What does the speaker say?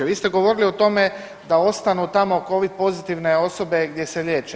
Vi ste govorili o tome da ostanu tamo Covid pozitivne osobe gdje se liječe.